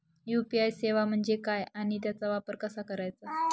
UPI सेवा म्हणजे काय आणि त्याचा वापर कसा करायचा?